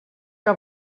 que